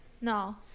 No